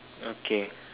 okay